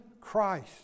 Christ